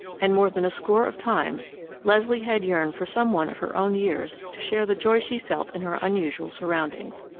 and more than a score of times leslie had yearned for some one of her own years to share the joy she felt in her unusual surroundings.